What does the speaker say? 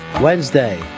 Wednesday